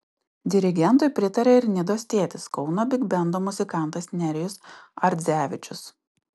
dirigentui pritarė ir nidos tėtis kauno bigbendo muzikantas nerijus ardzevičius